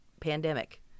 pandemic